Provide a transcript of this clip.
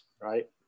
right